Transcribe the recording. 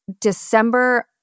December